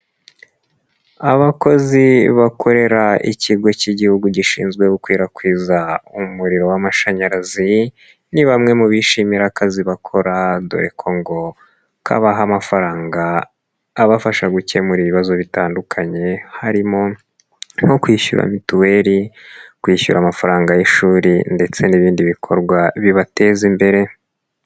Abakozi bakorera Ikigo cy'Igihugu Gishinzwe Gukwirakwiza Umuriro w'Amashanyarazi ni bamwe mu bishimira akazi bakora dore ko ngo kabaha amafaranga abafasha gukemura ibibazo bitandukanye, harimo nko kwishyura mituweri, kwishyura amafaranga y'ishuri ndetse n'ibindi bikorwa bibateza imbere.